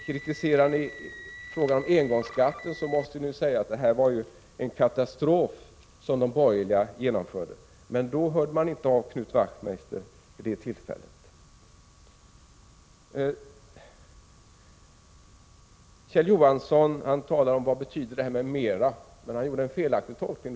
Kritiserar ni förslaget om engångsskatten, måste ni säga att det var en katastrof som ni själva ställde till med. Men vid det tillfället hörde man inte av Knut Wachtmeister. Kjell Johansson frågade vad ”m.m.” betyder, och han gjorde en felaktig tolkning.